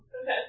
Okay